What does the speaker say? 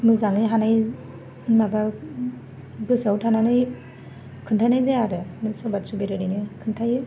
मोजाङै हानाय माबा गोसोआव थानानै खोनथानाय जाया आरो सबाद सबिद ओरैनो खोनथायो